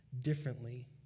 differently